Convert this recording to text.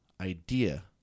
idea